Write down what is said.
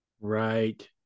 Right